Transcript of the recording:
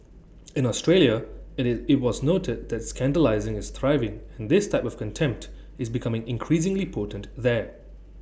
in Australia IT is IT was noted that scandalising is thriving and this type of contempt is becoming increasingly potent there